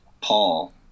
paul